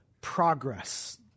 progress